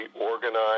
organized